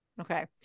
Okay